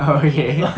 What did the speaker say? oh okay